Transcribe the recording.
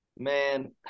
Man